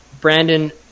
Brandon